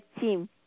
team